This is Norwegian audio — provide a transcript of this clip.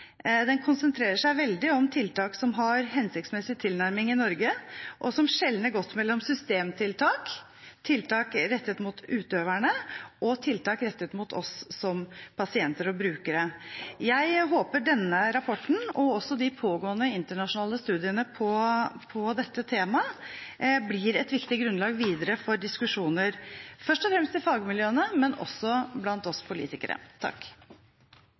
Den konsentrerer seg om tiltak som har en hensiktsmessig tilnærming i Norge, og den skjelner godt mellom systemtiltak, tiltak rettet mot utøverne og tiltak rettet mot oss som pasienter og brukere. Jeg håper denne rapporten, men også de pågående internasjonale studiene på dette temaet, blir et viktig grunnlag for videre diskusjoner – først og fremst i fagmiljøene, men også blant oss politikere.